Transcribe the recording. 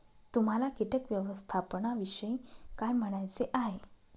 तुम्हाला किटक व्यवस्थापनाविषयी काय म्हणायचे आहे?